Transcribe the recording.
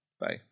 bye